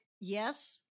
yes